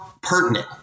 pertinent